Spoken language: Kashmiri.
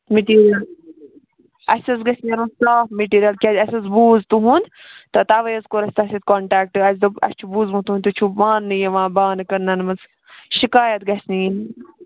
مِٹیٖریَل اَسہِ حظ گژھِ میلُن صاف مِٹیٖریل کیٛازِ اَسہِ حظ بوٗز تُہُنٛد تہٕ تَوے حظ کوٚر اَسہِ تۄہہِ سۭتۍ کونٹیکٹ اَسہِ دوٚپ اَسہِ چھُ بوٗزمُت تُہُنٛد تُہۍ چھِو ماننہٕ یِوان بانہٕ کٕنَن منٛز شِکایَت گژھِ نہٕ یِنۍ